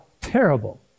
Terrible